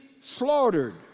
slaughtered